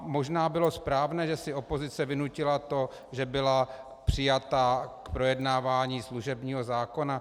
Možná bylo správné, že si opozice vynutila to, že byla přijata k projednávání služebního zákona.